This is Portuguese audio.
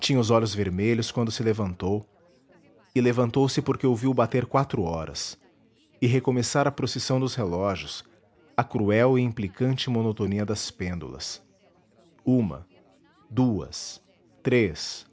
tinha os olhos vermelhos quando se levantou e levantou-se porque ouviu bater quatro horas e recomeçar a procissão dos relógios a cruel e implicante monotonia das pêndulas uma duas três